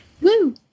Woo